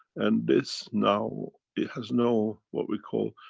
and this now it has no, what we call,